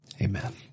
Amen